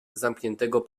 zamkniętego